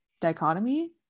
dichotomy